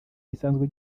gisanzwe